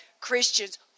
Christians